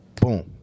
Boom